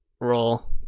Roll